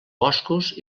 boscos